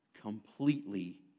completely